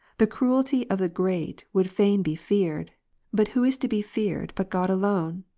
the cruelty of the great would fain be feared but who is to be feared but god alone,